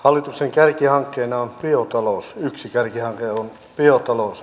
hallituksen yksi kärkihanke on biotalous